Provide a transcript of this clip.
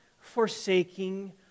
forsaking